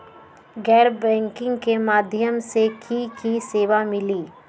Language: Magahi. गैर बैंकिंग के माध्यम से की की सेवा मिली?